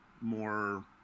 more